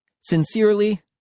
Sincerely